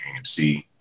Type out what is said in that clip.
AMC